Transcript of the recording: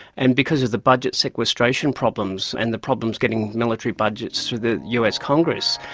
and because of the budget sequestration problems and the problems getting military budgets through the us congress,